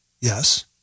yes